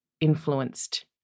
influenced